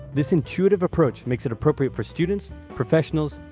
this intuitive approach makes it appropriate for students, professionals,